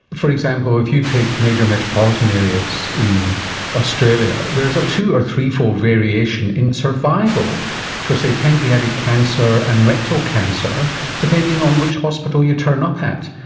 for example, if you take major metropolitan areas in australia, there's a two or threefold variation in survival for, say, pancreatic cancer and rectal cancer depending on which hospital you turn up at.